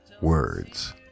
words